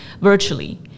virtually